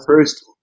first